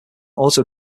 auto